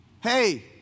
Hey